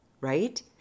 right